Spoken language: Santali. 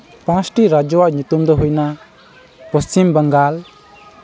ᱯᱟᱸᱪᱴᱤ ᱨᱟᱡᱽᱡᱚᱣᱟᱜ ᱧᱩᱛᱩᱢ ᱫᱚ ᱦᱩᱭᱱᱟ ᱯᱚᱪᱷᱤᱢ ᱵᱟᱝᱜᱟᱞ